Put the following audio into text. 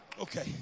Okay